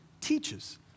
teaches